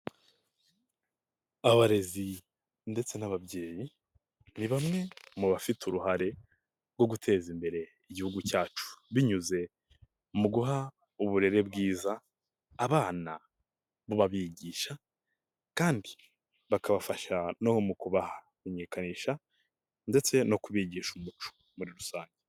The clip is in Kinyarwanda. Abarezi ndetse n'ababyeyi, ni bamwe mu bafite uruhare rwo guteza imbere igihugu cyacu binyuze mu guha uburere bwiza abana, babigisha kandi bakabafasha no mu kubamenyekanisha ndetse no kubigisha umuco muri rusange.